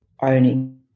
owning